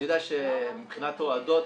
אני יודע שמבחינת הועדות